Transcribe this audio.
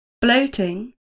bloating